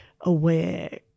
aware